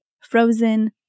frozen